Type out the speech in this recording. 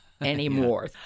anymore